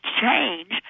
change